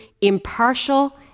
impartial